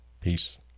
Peace